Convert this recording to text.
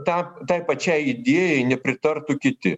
tą tai pačiai idėjai nepritartų kiti